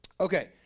okay